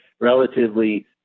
relatively